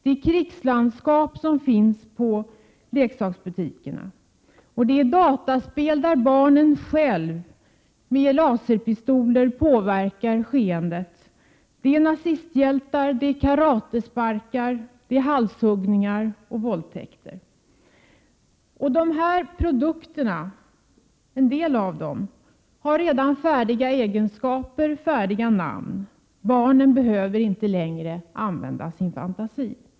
Det är krigslandskap som förekommer i leksaksbutikerna, det är dataspel där barnen själva med laserpistoler påverkar skeendet. Det är nazisthjältar, det är karatesparkar, det är halshuggningar, det är våldtäkter. Och en del av de här produkterna har redan färdiga egenskaper, färdiga namn. Barnen behöver inte längre använda sin fantasi.